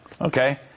okay